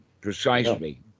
precisely